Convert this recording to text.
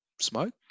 smoke